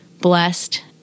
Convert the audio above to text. blessed